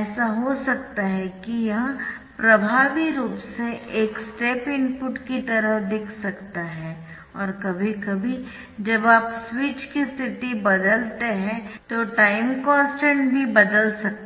ऐसा हो सकता है कि यह प्रभावी रूप से एक स्टेप इनपुट की तरह दिख सकता है और कभी कभी जब आप स्विच की स्थिति बदलते है तो टाइम कॉन्स्टन्ट भी बदल सकता है